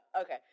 Okay